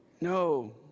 no